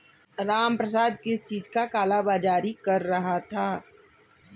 रामप्रसाद किस चीज का काला बाज़ारी कर रहा था